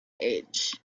age